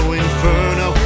inferno